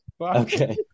Okay